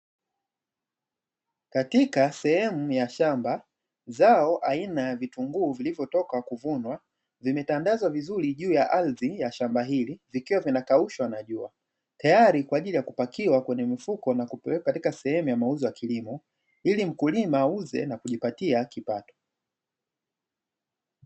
Katika sehemu ya shamba, zao aina ya vitunguu vilivyotoka kuvunwa vimetandazwa vizuri juu ya ardhi ya shamba hili, vikiwa vinakaushwa na jua tayari kwa ajili ya kupakiwa kwenye mifuko na kupelekwa katika sehemu ya mauzo ya kilimo ili mkulima auze na kujipatia kipato.